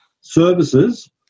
services